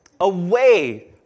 away